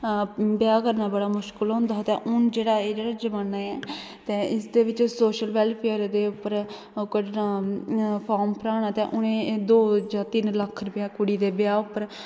हां ब्याह करना बड़ा् मुश्किल होंदा हा ते हून जेहड़ा जमाना ऐ ते इस दे बिच सोशल बेलफेयर दे उपर फार्म भराना ते ुंहे दो जां तिन लक्ख रपेआ कुड़ी दे ब्हा उप्पर